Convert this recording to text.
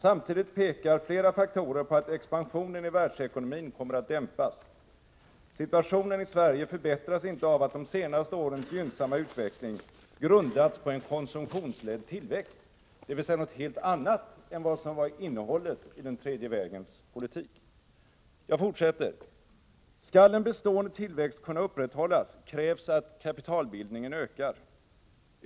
Samtidigt pekar flera faktorer på att expansionen i världsekonomin kommer att dämpas. Situationen i Sverige förbättras inte av att de senaste årens gynnsamma utveckling grundats på en konsumtionsledd tillväxt”, dvs. något helt annat än det som var innehållet i den tredje vägens politik. ”Skall en bestående tillväxt kunna upprätthållas”, står det vidare i betänkandet, ”krävs att kapitalbildningen ökar, ———.